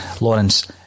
Lawrence